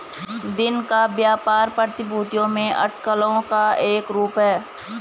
दिन का व्यापार प्रतिभूतियों में अटकलों का एक रूप है